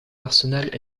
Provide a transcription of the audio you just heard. arsenal